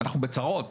אנחנו בצרות.